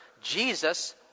Jesus